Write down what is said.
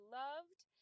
loved